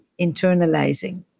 internalizing